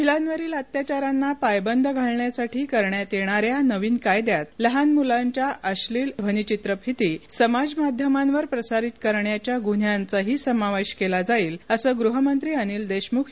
महिलावरील अत्याचाराना पायबद घालण्यासाठी करण्यात येणाऱ्या नवीन कायद्यात लहान मुलांच्या अश्नील लैंगिक अत्याचाराच्या ध्वनिचित्रफिती समाज माध्यमावर प्रसारित करण्याच्या गुन्ह्यांचाही समावेश केला जाईल असं गृहमंत्री अनिल देशमुख यांनी सांगितलं